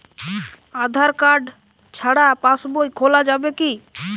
আধার card ছাড়া পাশবই খোলা যাবে কি?